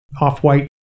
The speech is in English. off-white